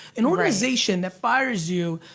an organization that fires you,